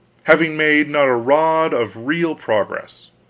having made not a rod of real progress.